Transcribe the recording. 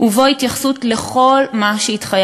את החיילים ואת אנשי